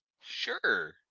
Sure